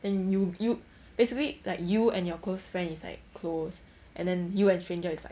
then you you basically like you and your close friend is like close and then you and stranger is like